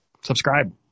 Subscribe